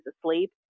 asleep